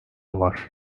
var